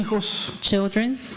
Children